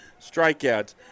strikeouts